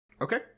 Okay